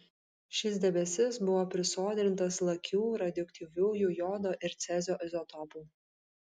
šis debesis buvo prisodrintas lakių radioaktyviųjų jodo ir cezio izotopų